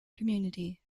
community